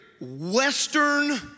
Western